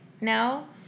No